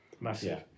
massive